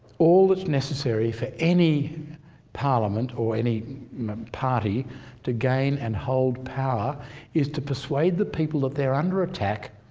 all that's necessary for any parliament or any party to gain and hold power is to persuade the people that they're under attack,